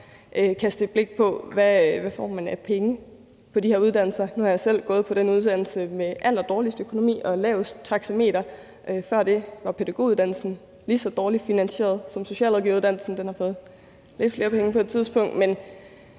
kaste et blik på, hvad man får af penge på de her uddannelser. Nu har jeg selv gået på den uddannelse, der har allerdårligst økonomi og lavest taxameter. Før det var pædagoguddannelsen lige så dårligt finansieret som socialrådgiveruddannelsen. Den har fået lidt flere penge på et tidspunkt. Men